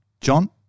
John